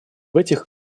этих